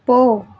போ